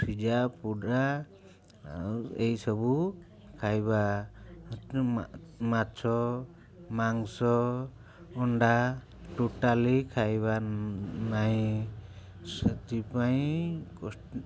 ସିଝା ପୋଡ଼ା ଆଉ ଏଇସବୁ ଖାଇବା ମାଛ ମାଂସ ଅଣ୍ଡା ଟୋଟାଲି ଖାଇବା ନାଇଁ ସେଥିପାଇଁ